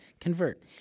convert